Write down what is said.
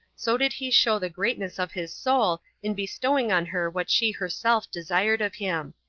so did he show the greatness of his soul in bestowing on her what she herself desired of him.